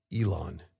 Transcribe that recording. Elon